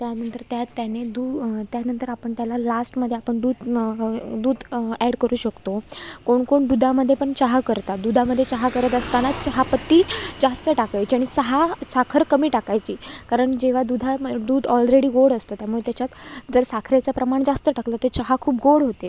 त्यानंतर त्यात त्यांनी दू त्यानंतर आपण त्याला लास्टमध्ये आपण दूध दूध अॅड करू शकतो कोण कोण दुधामध्ये पण चहा करतात दुधामध्ये चहा करत असताना चहापत्ती जास्त टाकायची आणि साहा साखर कमी टाकायची कारण जेव्हा दुधा म दूध ऑलरेडी गोड असतं त्यामुळे त्याच्यात जर साखरेचं प्रमाण जास्त टाकलं तर चहा खूप गोड होते